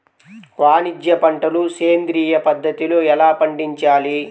వాణిజ్య పంటలు సేంద్రియ పద్ధతిలో ఎలా పండించాలి?